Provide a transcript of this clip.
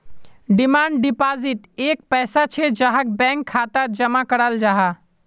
demand deposit एक पैसा छे जहाक बैंक खातात जमा कराल जाहा